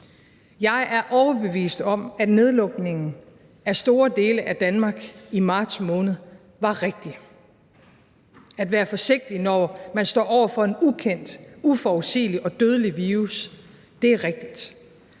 Jeg er overbevist om, at nedlukningen af store dele af Danmark i marts måned var rigtig. At være forsigtig, når man står over for en ukendt, uforudsigelig og dødelig virus, er rigtigt,